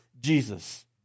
Jesus